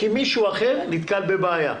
כי מישהו אחר נתקל בבעיה.